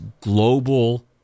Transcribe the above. global